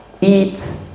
eat